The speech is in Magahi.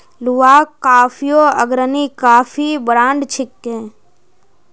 लुवाक कॉफियो अग्रणी कॉफी ब्रांड छिके